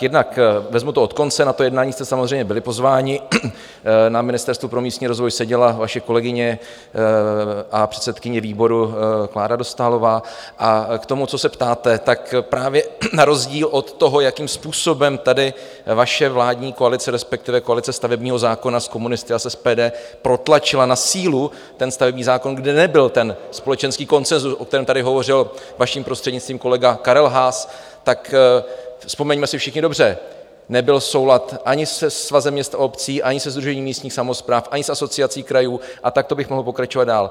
Jednak, vezmu to od konce, na to jednání jste samozřejmě byli pozváni, na Ministerstvu pro místní rozvoj seděla vaše kolegyně a předsedkyně výboru Klára Dostálová, a k tomu, co se ptáte: právě na rozdíl od toho, jakým způsobem tady vaše vládní koalice, respektive koalice stavebního zákona s komunisty a s SPD, protlačila na sílu stavební zákon, kde nebyl společenský konsenzus, o kterém tady hovořil, vaším prostřednictvím, kolega Karel Haas, tak vzpomeňme si všichni dobře nebyl soulad ani se Svazem měst a obcí, ani se Sdružením místních samospráv, ani s Asociací krajů, a takto bych mohl pokračovat dál.